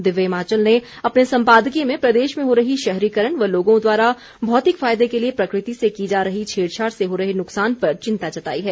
दिव्य हिमाचल ने अपने सम्पादकीय में प्रदेश में हो रही शहरीकरण व लोगों द्वारा भौतिक फायदे के लिये प्रकृति से की जा रही छेड़छाड़ से हो रहे नुकसान पर चिंता जताई है